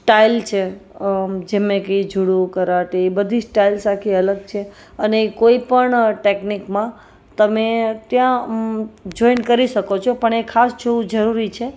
style છે જેમકે judo karate બધી સ્ટાઇલ્સ આખી અલગ છે અને એ કોઈ પણ ટેકનિકમાં તમે ત્યાં જોઇન કરી શકો છો પણ એ ખાસ જોવું જરૂરી છે